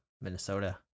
Minnesota